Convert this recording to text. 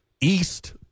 East